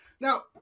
Now